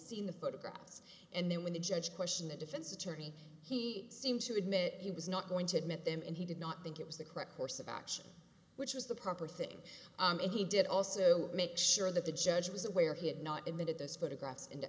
seen the photographs and then when the judge question the defense attorney he seemed to admit he was not going to admit them and he did not think it was the correct course of action which was the proper thing and he did also make sure that the judge was aware he had not invented those photographs